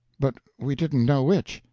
but we didn't know which.